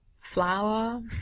flour